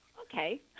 Okay